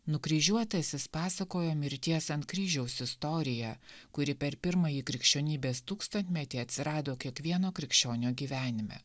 nukryžiuotasis pasakojo mirties ant kryžiaus istoriją kuri per pirmąjį krikščionybės tūkstantmetį atsirado kiekvieno krikščionio gyvenime